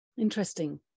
Interesting